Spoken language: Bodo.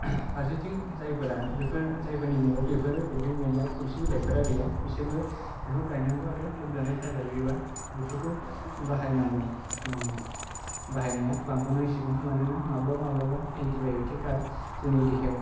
फारसेथिं जायफोरा बेफोर जायफोरनि न'आव बेफोरो बेन्दों बेनला थुलुसि बिलाइफोरा गैया बिसोरबो बेखौ गायनांगौ आरो लोमजानाय साजायोबा बेफोरखौ बाहायनांगौ बाहायनाया बांबोनांसिगौ मानोना माब्लाबा माब्लाबा एन्टिबाय'टिका जोंनि देहायाव